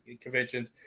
conventions